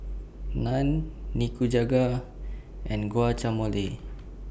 Naan Nikujaga and